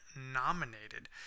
nominated